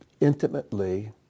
intimately